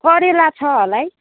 करेला छ होला है